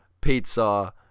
pizza